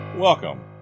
Welcome